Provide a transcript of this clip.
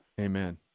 Amen